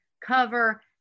cover